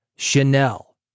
Chanel